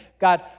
God